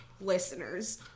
listeners